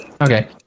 Okay